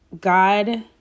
God